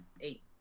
eight